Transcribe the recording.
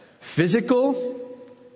Physical